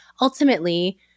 Ultimately